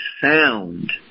sound